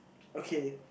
okay